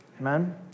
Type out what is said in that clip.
Amen